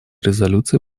резолюции